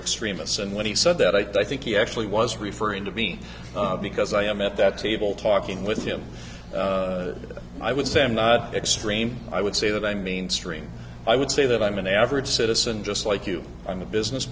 extremists and when he said that i think he actually was referring to be because i am at that table talking with him that i would say i'm not extreme i would say that i mean stream i would say that i'm an average citizen just like you i'm a business